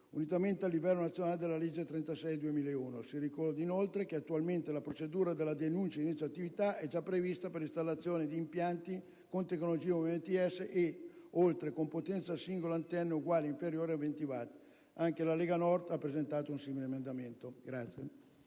unitariamente a livello nazionale dalla legge 22 febbraio 2001, n. 36. Si ricorda inoltre che attualmente la procedura della denuncia di inizio attività è già prevista per l'installazione di impianti con tecnologia UMTS o altre, con potenza in singola antenna uguale o inferiore a 20 watt. Anche la Lega Nord ha presentato un simile emendamento.